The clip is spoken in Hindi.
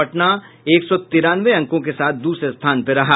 पटना एक सौ तिरानवे अंकों के साथ दूसरे स्थान पर रहा